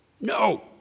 no